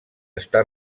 està